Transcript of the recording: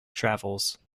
travels